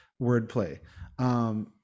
wordplay